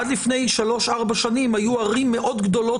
עד לפני שלוש-ארבע שנים היו ערים מאוד גדולות